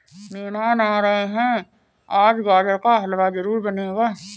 मेहमान आ रहे है, आज गाजर का हलवा जरूर बनेगा